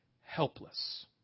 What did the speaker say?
helpless